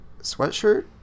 sweatshirt